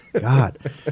God